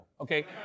okay